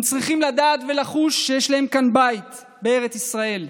הם צריכים לדעת ולחוש שיש להם כאן בית בארץ ישראל,